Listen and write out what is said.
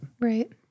Right